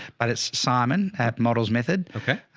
but it's simon at models method. okay.